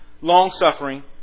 long-suffering